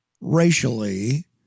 racially